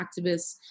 activists